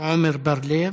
עמר בר-לב,